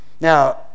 Now